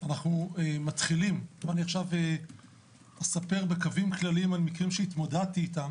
אנחנו מתחילים אני אספר עכשיו בקווים כלליים על מקרים שהתמודדתי איתם